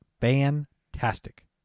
fantastic